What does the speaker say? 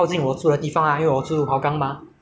所以呢这个工作是很简单的 ah 只是